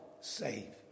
save